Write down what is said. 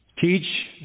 teach